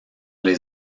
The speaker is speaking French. les